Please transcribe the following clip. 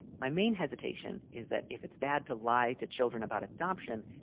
my main hesitation is that if it's bad to lie to children about adoption,